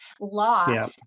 Law